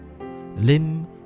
Lim